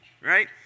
Right